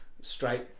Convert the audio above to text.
straight